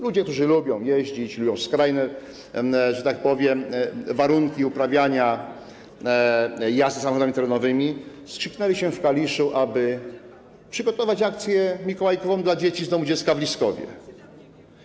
Ludzie, którzy lubią jeździć, lubią skrajne - że tak powiem - warunki uprawiania jazdy samochodami terenowymi, skrzyknęli się w Kaliszu, aby przygotować akcję mikołajkową dla dzieci z Domu Dziecka w Liskowie.